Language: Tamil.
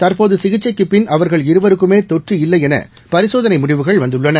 தற்போதுசிகிச்சைக்குப்பின்அவர்கள்இருவருக்குமேதொற்றுஇல்லைஎன பரிசோதனைமுடிவுகள்வந்துள்ளன